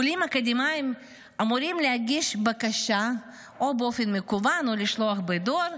עולים אקדמאים אמורים להגיש בקשה או באופן מקוון או לשלוח בדואר,